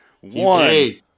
One